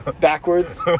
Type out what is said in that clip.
backwards